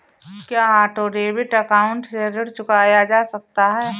क्या auto debit account से ऋण चुकाया जा सकता है?